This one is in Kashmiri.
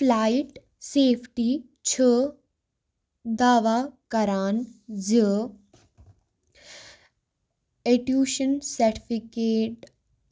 فلایِٹ سیفٹی چھُ دعوا کران زِ ایٚٹیوٗشَن سٮ۪ٹفِکیٹ